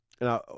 Now